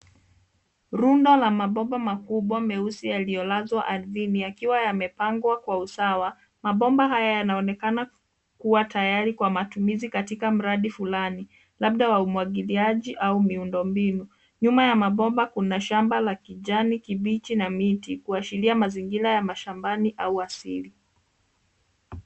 Runda la mabomba makubwa meusi yaliyolazwa ardhini yakiwa yamepangwa kwa usawa, mabomba haya yanaonekana kuwa tayari kwa matumizi katika mradi fulani, labda wa umwailiaji au miundo mbiu. Nyuma ya mabomba kuna shamba la kijani kimbichi na miti, kuashiria mazingira ya mashambani au asili.